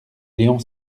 léon